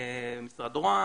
משרד רוה"מ,